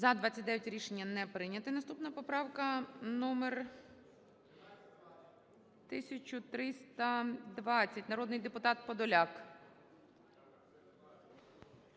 За-29 Рішення не прийнято. Наступна поправка номер 1320, народний депутат Подоляк.